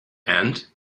and